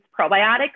probiotics